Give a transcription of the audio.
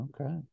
Okay